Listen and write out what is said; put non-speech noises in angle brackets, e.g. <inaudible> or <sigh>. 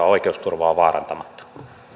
<unintelligible> oikeusturvaa vaarantamatta